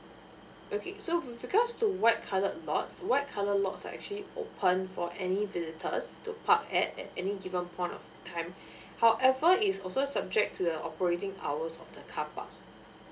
okay so with regards to the white colored lots white coloured lots are actually open for any visitors to park at any given point of time however is also subject to the operating hours of the carpark